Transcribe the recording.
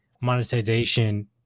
monetization